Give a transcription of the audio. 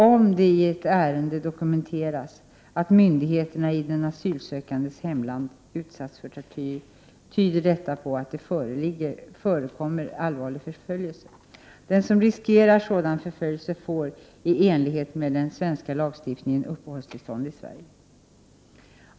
Om det i ett ärende dokumenteras att myndigheterna i den asylsökandes hemland utsatt sökanden för tortyr, tyder detta på att det förekommer allvarlig förföljelse. Den som riskerar sådan förföljelse får, i enlighet med den svenska lagstiftningen, uppehållstillstånd i Sverige.